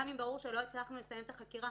גם אם ברור שלא הצלחנו לסיים את החקירה